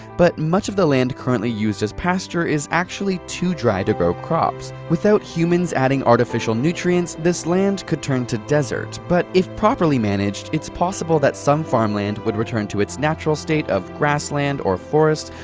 but much of the land currently used as pasture is actually too dry to grow crops. without humans adding artificial nutrients, this land could turn to desert, but if properly managed, it's possible that some farmland would return to its natural state of grassland or forests,